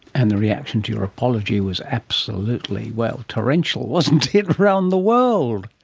and the reaction to your apology was absolutely, well, torrential, wasn't it, around the world.